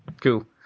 Cool